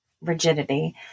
rigidity